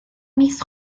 mis